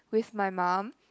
with my mum